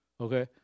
okay